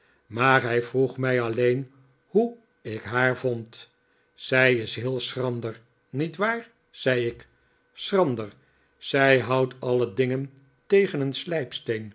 maar hij vroeg mij alleen hoe ik haar vond zij is heel schrander niet waar zei ik schrander zij houdt alle dingen tegen een